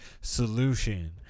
solution